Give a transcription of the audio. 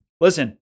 Listen